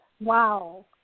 Wow